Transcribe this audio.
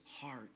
heart